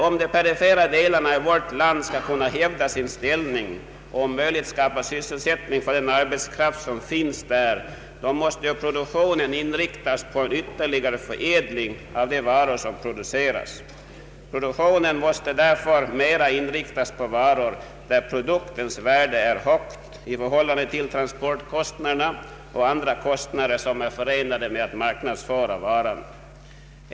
Om de perifera delarna i vårt land skall kunna hävda sin ställning och om möjligt skapa sysselsättning för den arbetskraft som finns där måste produktionen inriktas på en ytterligare förädling av de varor som produceras. Produktionen måste främst ta sikte på varor, vilkas värde är högt i förhållande till transportkostnaderna och andra kostnader som är förenade med marknadsföring av varan.